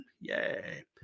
Yay